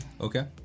Okay